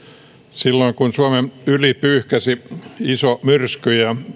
silloin kun suomen yli pyyhkäisi iso myrsky ja